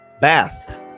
bath